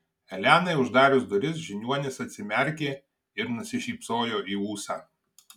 elenai uždarius duris žiniuonis atsimerkė ir nusišypsojo į ūsą